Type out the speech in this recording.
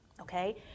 okay